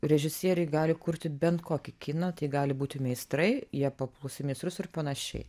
režisieriai gali kurti bent kokį kiną tai gali būti meistrai jie papuls į meistrus ir panašiai